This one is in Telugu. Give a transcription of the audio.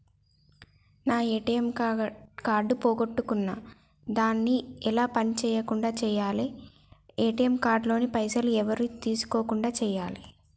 నా ఏ.టి.ఎమ్ కార్డు పోగొట్టుకున్నా దాన్ని ఎలా పని చేయకుండా చేయాలి ఏ.టి.ఎమ్ కార్డు లోని పైసలు ఎవరు తీసుకోకుండా చేయాలి?